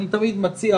אני תמיד מציע,